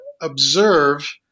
observe